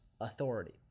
authority